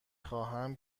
خواهم